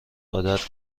عادت